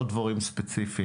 לא דברים ספציפיים,